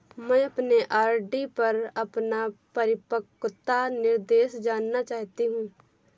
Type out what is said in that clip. मैं अपने आर.डी पर अपना परिपक्वता निर्देश जानना चाहती हूँ